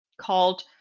called